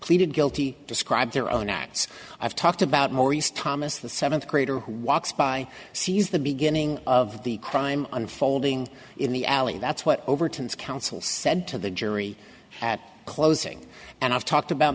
pleaded guilty describe their own acts i've talked about maurice thomas the seventh grader who walks by sees the beginning of the crime unfolding in the alley that's what overton's counsel said to the jury at closing and i've talked about